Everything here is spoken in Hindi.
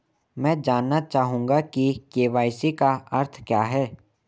मैं जानना चाहूंगा कि के.वाई.सी का अर्थ क्या है?